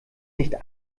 nicht